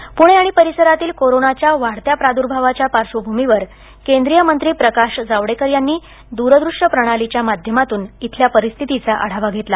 जावडेकर पुणे आणि परिसरातील कोरोनाच्या वाढत्या प्रार्द्भावाच्या पार्श्वभूमीवर केन्द्रीय मंत्री प्रकाश जावडेकर यांनी दूरदृष्य प्रणालीच्या माद्घ्यामातून इथल्या परिस्थितीचा आढावा घेतला